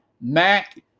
Mac